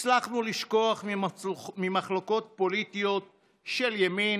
הצלחנו לשכוח ממחלוקות פוליטיות של ימין,